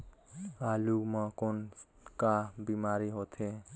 आलू म कौन का बीमारी होथे?